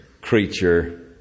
creature